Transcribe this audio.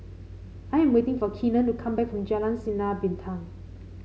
I am waiting for Keenen to come back from Jalan Sinar Bintang